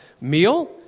meal